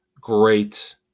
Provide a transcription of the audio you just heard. great